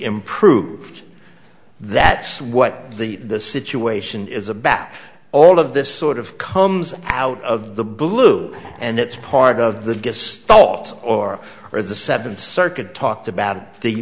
improved that's what the the situation is about all of this sort of comes out of the blue and it's part of the guests thought or or the seventh circuit talked